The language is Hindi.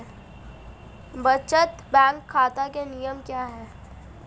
बचत बैंक खाता के नियम क्या हैं?